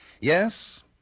Yes